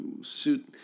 suit